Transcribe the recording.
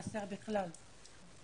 חסר בכלל.